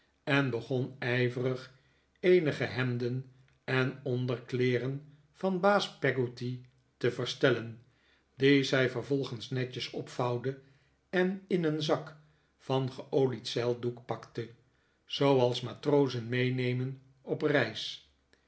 en begon ijverig eenige hemden en onderkleeren van baas peggotty te verstellen die zij vervolgens netjes opvouwde en in een zak van geolied zeildoek pakte zooals matrozen meenemen op reis